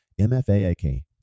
MFAAK